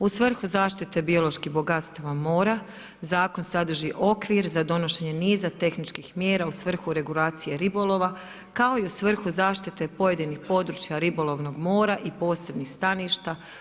U svrhu zaštite biološki bogatstva mora, zakon sadrži okvir za donošenje niza tehničkih mjera u svrhu regulacije ribolova, kao i u svrhu zaštite pojedinih područja ribolovnog mora i posebnih staništa.